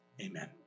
Amen